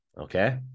Okay